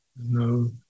no